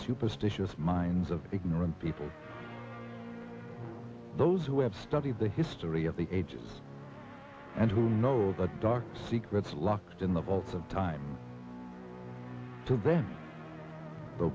superstitious minds of ignorant people those who have studied the history of the ages and who know the dark secrets locked in the vaults of time to bend the